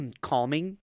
calming